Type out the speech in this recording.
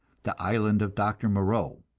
the island of dr. moreau.